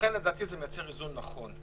ולכן לדעתי זה מייצר איזון נכון.